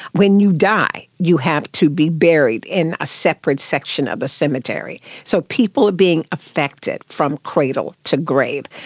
when you die you have to be buried in a separate section of the cemetery. so people are being affected from cradle to grave.